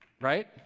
right